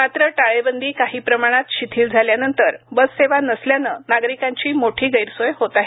मात्र टाळेबंदी काही प्रमाणात शिथिल झाल्यानंतर बससेवा नसल्याने नागरिकांची मोठी गैरसोय होत आहे